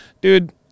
dude